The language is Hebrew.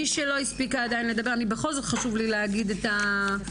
מי שלא הספיקה עדיין לדבר בכל זאת חשוב לי להגיד את השמות